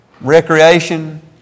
recreation